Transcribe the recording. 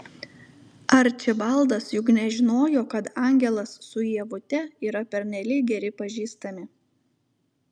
arčibaldas juk nežinojo kad angelas su ievute yra pernelyg geri pažįstami